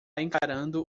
encarando